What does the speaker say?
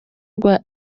rwa